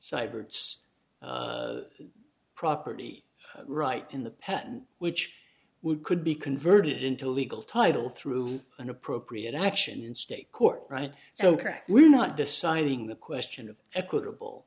cyber it's a property right in the patent which would could be converted into legal title through an appropriate action in state court right so correct we're not deciding the question of equitable